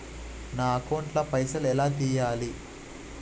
నా అకౌంట్ ల పైసల్ ఎలా తీయాలి?